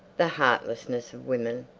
the heartlessness of women!